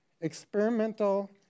experimental